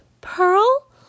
Pearl